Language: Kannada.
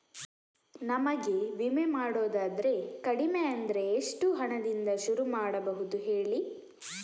ನಮಗೆ ವಿಮೆ ಮಾಡೋದಾದ್ರೆ ಕಡಿಮೆ ಅಂದ್ರೆ ಎಷ್ಟು ಹಣದಿಂದ ಶುರು ಮಾಡಬಹುದು ಹೇಳಿ